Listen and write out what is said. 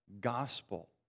gospel